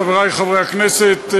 חברי חברי הכנסת,